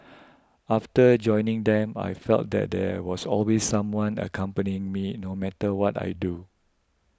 after joining them I felt that there was always someone accompanying me no matter what I do